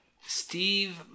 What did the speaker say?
Steve